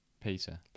Peter